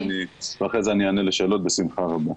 אחרי זה אענה על שאלות בשמחה רבה.